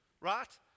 right